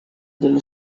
dello